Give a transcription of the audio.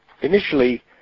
initially